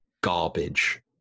garbage